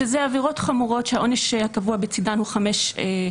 שזה עבירות חמורות שהעונש הקבוע בצידן הוא חמש שנים.